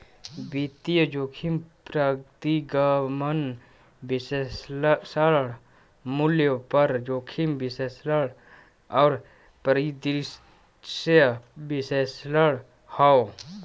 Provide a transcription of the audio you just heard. वित्तीय जोखिम प्रतिगमन विश्लेषण, मूल्य पर जोखिम विश्लेषण और परिदृश्य विश्लेषण हौ